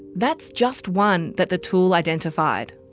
that's just one that the tool identified.